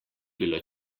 bilo